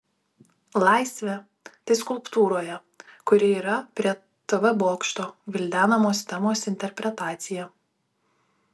laisvė tai skulptūroje kuri yra prie tv bokšto gvildenamos temos interpretacija